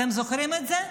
אתם זוכרים את זה?